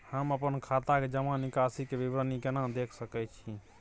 हम अपन खाता के जमा निकास के विवरणी केना देख सकै छी?